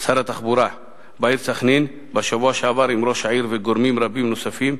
התחבורה בעיר סח'נין בשבוע שעבר עם ראש העיר וגורמים רבים נוספים,